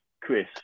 Chris